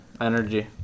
Energy